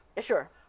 Sure